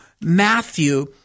Matthew